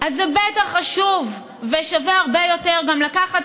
אז זה בטח חשוב ושווה הרבה יותר גם לקחת